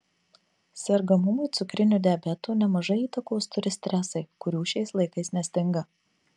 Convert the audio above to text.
sergamumui cukriniu diabetu nemažai įtakos turi stresai kurių šiais laikais nestinga